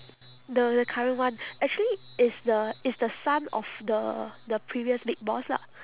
the the current one actually it's the it's the son of the the previous big boss lah